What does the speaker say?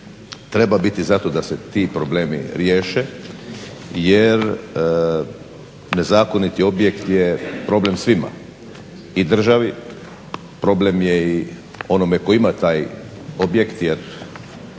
Treba biti zato da se ti problemi riješe jer nezakoniti objekt je problem svima i državi, problem je i onome koji ima taj objekt jer